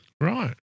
Right